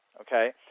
okay